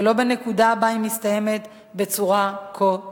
ולא בנקודה שבה היא מסתיימת בצורה כה טרגית.